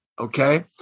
Okay